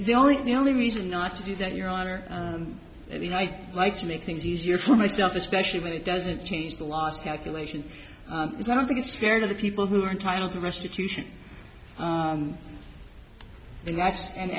probably the only reason not to do that your honor i mean i like to make things easier for myself especially when it doesn't change the last calculation is i don't think it's fair to the people who are entitled to restitution